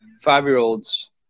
five-year-olds